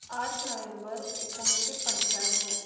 आठ नोव्हेंबर एकुणशें पंच्याणव